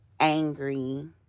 angry